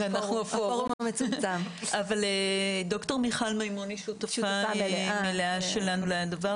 אבל ד"ר מיכל מימון שותפה מלאה שלנו לדבר